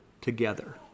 together